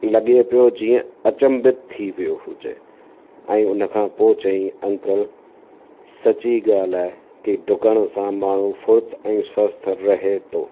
लॻे पियो जीअं अचंभित थी वियो हुजे ऐं उन खां पोइ चयईं अंकल सची ॻाल्हि आहे की डुकण सां माण्हू फुर्तु ऐं स्वस्थ रहे थो